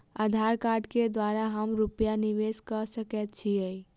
आधार कार्ड केँ द्वारा हम रूपया निवेश कऽ सकैत छीयै?